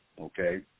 okay